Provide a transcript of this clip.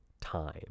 time